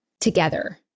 together